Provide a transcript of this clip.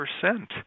percent